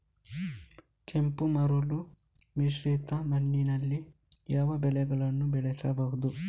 ಕೆಂಪು ಮರಳು ಮಿಶ್ರಿತ ಮಣ್ಣಿನಲ್ಲಿ ಯಾವ ಬೆಳೆಗಳನ್ನು ಬೆಳೆಸಬಹುದು?